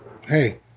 hey